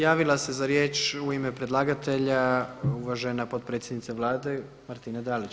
Javila se za riječ u ime predlagatelja uvažena potpredsjednica Vlade Martina Dalić.